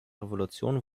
revolution